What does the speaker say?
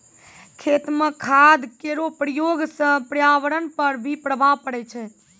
खेत म खाद केरो प्रयोग सँ पर्यावरण पर भी प्रभाव पड़ै छै